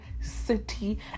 city